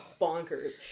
bonkers